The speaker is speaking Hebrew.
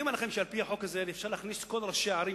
אני אומר לכם שעל-פי החוק הזה אפשר להכניס את כל ראשי הערים,